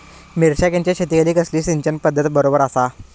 मिर्षागेंच्या शेतीखाती कसली सिंचन पध्दत बरोबर आसा?